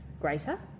greater